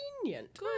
Convenient